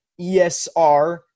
ESR